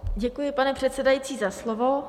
Děkuji, pane předsedající, za slovo.